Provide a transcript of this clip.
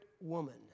woman